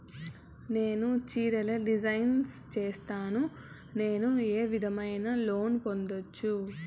నేను చీరలు డిజైన్ సేస్తాను, నేను ఏ విధమైన లోను పొందొచ్చు